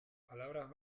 palabras